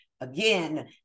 Again